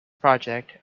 project